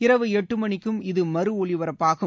இரவு எட்டு மணிக்கும் இது மறு ஒலிபரப்பாகும்